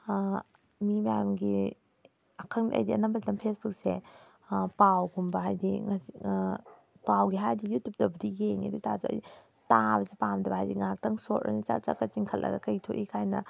ꯃꯤ ꯃꯌꯥꯝꯒꯤ ꯑꯩꯗꯤ ꯑꯅꯝꯕ ꯀꯩꯝ ꯐꯦꯁꯕꯨꯛꯁꯦ ꯄꯥꯎꯒꯨꯝꯕ ꯍꯥꯏꯗꯤ ꯄꯥꯎꯒꯤ ꯍꯥꯏꯔꯗꯤ ꯌꯨꯇꯨꯕꯇꯕꯨꯗꯤ ꯌꯦꯡꯉꯦ ꯑꯗꯨ ꯑꯣꯏꯇꯥꯔꯁꯨ ꯇꯥꯕꯁꯤ ꯄꯥꯝꯗꯕ ꯍꯥꯏꯗꯤ ꯉꯥꯏꯍꯥꯛꯇꯪ ꯁꯣꯠ ꯑꯣꯏꯅ ꯁꯠ ꯁꯠ ꯁꯠ ꯆꯤꯡꯈꯠꯂꯒ ꯀꯔꯤ ꯊꯣꯛꯏ ꯀꯥꯏꯅ